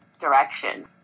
direction